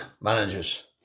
managers